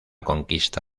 conquista